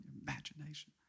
imagination